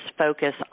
focus